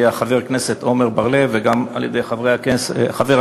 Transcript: חבר הכנסת עמר בר-לב וגם על-ידי חבר הכנסת